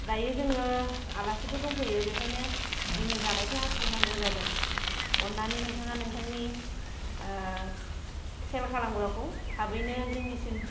दायो जोङो आलासिफोर दंफैयो बेखायनो जोंनो जानायखौ आथुर नांगौ जादों अननानै नोंथाङा नोंथांनि सेल खालामग्राखौ थाबैनो जोंनिसिम